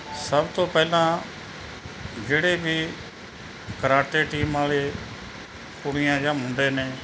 ਸਭ ਤੋਂ ਪਹਿਲਾਂ ਜਿਹੜੇ ਵੀ ਕਰਾਟੇ ਟੀਮ ਵਾਲੇ ਕੁੜੀਆਂ ਜਾਂ ਮੁੰਡੇ ਨੇ